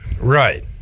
Right